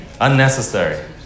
unnecessary